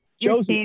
Joseph